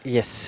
Yes